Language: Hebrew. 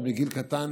עוד מגיל קטן,